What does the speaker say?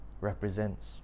represents